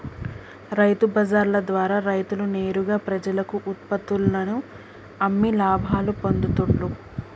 రైతు బజార్ల ద్వారా రైతులు నేరుగా ప్రజలకు ఉత్పత్తుల్లను అమ్మి లాభాలు పొందుతూండ్లు